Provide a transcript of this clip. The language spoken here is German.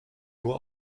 nur